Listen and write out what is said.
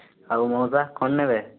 hello ମଉସା କ'ଣ ନବେ